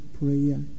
prayer